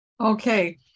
Okay